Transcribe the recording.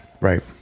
right